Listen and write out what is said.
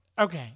Okay